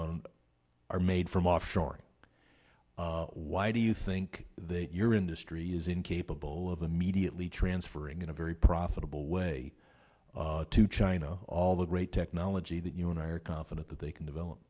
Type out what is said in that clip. are made from offshore why do you think that your industry is incapable of immediately transferring in a very profitable way to china all the great technology that you and i are confident that they can develop